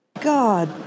God